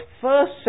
first